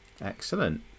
Excellent